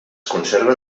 conserven